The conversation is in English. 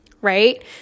right